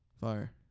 Fire